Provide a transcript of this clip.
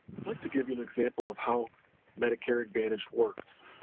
i'd like to give you an example of how medicare advantage works.